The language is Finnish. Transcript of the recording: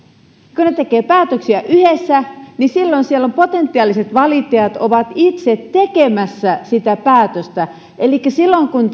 kun he tekevät päätöksiä yhdessä silloin siellä potentiaaliset valittajat ovat itse tekemässä sitä päätöstä elikkä silloin kun